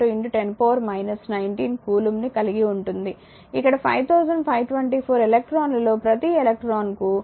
602 10 19 coulomb ని కలిగి ఉంటుంది ఇక్కడ 5524 ఎలక్ట్రాన్లలో ప్రతి ఎలక్ట్రాన్కు 1